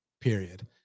Period